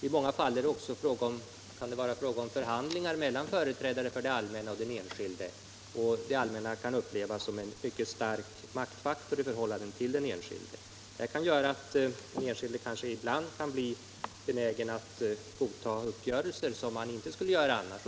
I många fall kan det vara fråga om förhandlingar mellan företrädare för det allmänna och den enskilde, och det allmänna kan upplevas som en mycket stark maktfaktor i förhållande till den enskilde. Det kan göra att den enskilde ibland blir benägen att godta uppgörelser som han inte skulle godta annars.